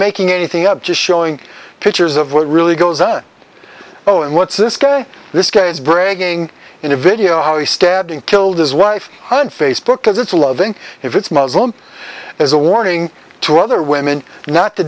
making anything up just showing pictures of what really goes on oh and what's this guy this guy is bragging in a video how he stabbed and killed his wife on facebook as it's loving if it's muslim as a warning to other women not to